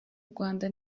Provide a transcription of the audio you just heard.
rwanda